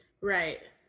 Right